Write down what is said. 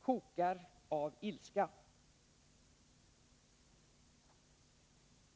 kokar av ilska.